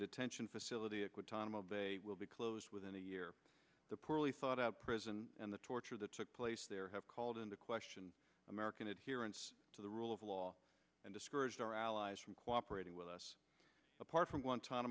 detention facility a good time of day will be closed within a year the poorly thought out prison and the torture that took place there have called into question american adherence to the rule of law and discouraged our allies from cooperating with us apart from